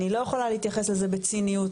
אני לא יכולה להתייחס לזה בציניות,